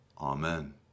Amen